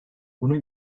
bunun